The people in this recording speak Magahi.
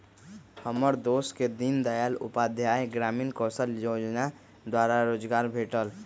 हमर दोस के दीनदयाल उपाध्याय ग्रामीण कौशल जोजना द्वारा रोजगार भेटल